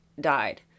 died